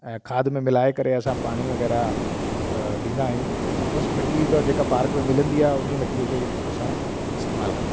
ऐं खाद में मिलाए करे असां पाणी वग़ैरह ॾींदा आहियूं त बस मिटी ज जेका पॉर्क में मिलंदी आहे उन मिटी जोई असां इस्तेमालु कंदा आहियूं